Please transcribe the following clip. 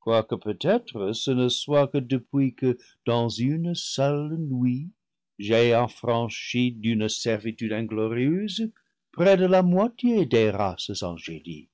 quoique peut-être ce ne soit que depuis que dans une seule nuit j'ai affranchi d'une servitude inglorieuse près de la moitié des races angéliques